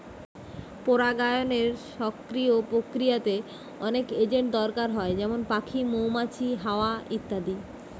পরাগায়নের সক্রিয় প্রক্রিয়াতে অনেক এজেন্ট দরকার হয় যেমন পাখি, মৌমাছি, হাওয়া ইত্যাদি